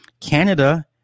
Canada